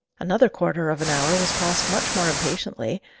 another quarter of an hour was passed much more impatiently,